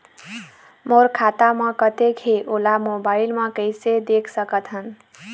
मोर खाता म कतेक हे ओला मोबाइल म कइसे देख सकत हन?